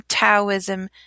Taoism